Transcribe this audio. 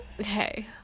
okay